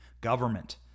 government